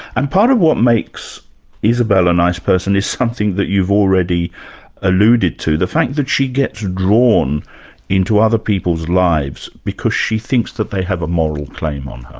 and part of what makes isabel a nice person is something that you've already alluded to, the fact that she gets drawn into other people's lives, because she thinks that they have a moral claim on her.